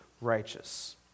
righteous